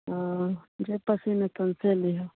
ओ जे पसीन एतऽ से लिहऽ